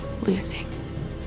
losing